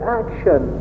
action